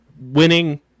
winning